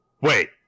Wait